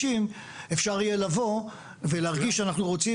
אפשר יהיה לבוא ולהרגיש שאנחנו רוצים,